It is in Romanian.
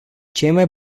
cei